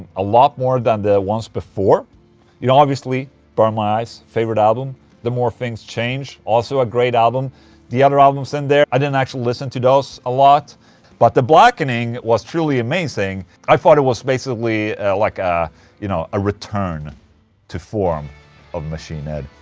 a lot more than the ones before you know, obviously burn my eyes, favorite album the more things change, also a great album the other albums in there, i didn't actually listen to those a lot but the blackening was truly amazing i thought it was basically like a you know, a return to form form of machine head.